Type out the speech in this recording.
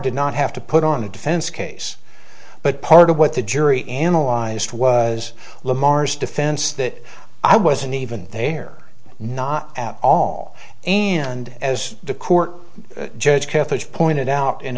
did not have to put on a defense case but part of what the jury analyzed was lamar's defense that i wasn't even there not at all and as the court judge catfish pointed out in